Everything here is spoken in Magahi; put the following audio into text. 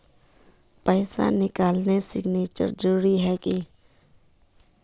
पैसा निकालने सिग्नेचर जरुरी है की?